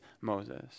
Moses